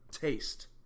Taste